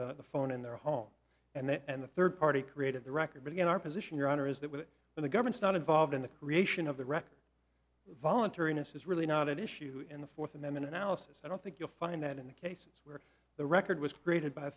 the phone in their home and the third party created the record but again our position your honor is that in the government's not involved in the creation of the record voluntariness is really not an issue in the fourth amendment analysis i don't think you'll find that in the cases where the record was created by a